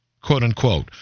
quote-unquote